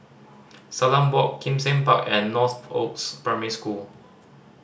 Salam Walk Kim Seng Park and Northoaks Primary School